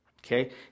okay